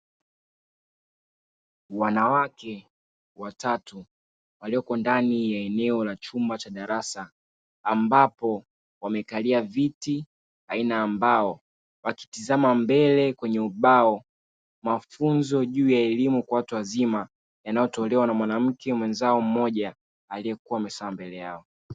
Wanawake watatu walioko ndani ya eneo la chumba cha darasa ambapo wamekalia viti aina ya mbao, wakitizama mbele kwenye ubao, mafunzo juu ya elimu kwa watu wazima yanayotolewa na mwanamke mwenzao mmoja aliyekuwa amekaa mbele yao.